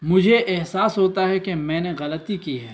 مجھے احساس ہوتا ہے کہ میں نے غلطی کی ہے